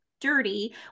dirty